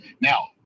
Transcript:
Now